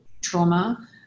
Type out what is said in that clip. trauma